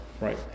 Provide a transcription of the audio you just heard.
right